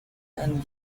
and